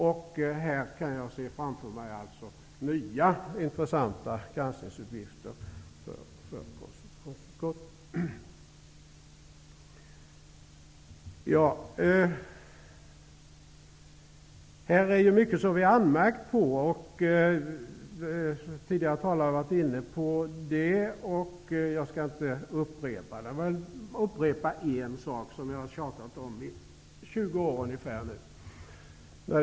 Jag kan här se framför mig nya intressanta granskningsuppgifter för konstitutionsutskottet. Vi har anmärkt på mycket i betänkandet. Tidigare talare har varit inne på det, och jag skall inte upprepa det. Men jag vill upprepa en sak som jag har tjatat om i ungefär 20 år.